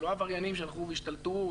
זה לא עבריינים שהלכו והשתלטו.